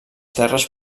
terres